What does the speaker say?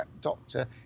doctor